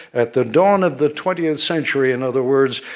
at the dawn of the twentieth century, in other words,